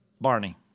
Barney